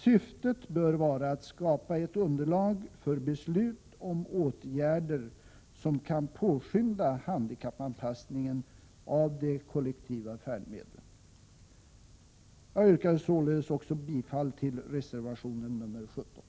Syftet bör vara att skapa ett underlag för beslut om åtgärder som kan påskynda handikappanpassningen av de kollektiva färdmedlen. Jag yrkar således bifall också till reservation nr 4: